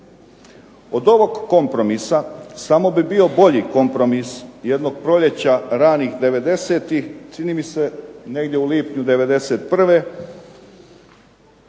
Od ovog kompromisa samo bi bio bolji kompromis jednog proljeća ranih 90-ih, čini mi se negdje u lipnju '91.